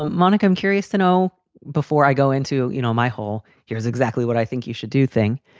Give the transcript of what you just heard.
um monaca i'm curious to know before i go into you know my whole here's exactly what i think you should do thing.